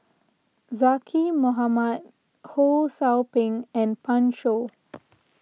Zaqy Mohamad Ho Sou Ping and Pan Shou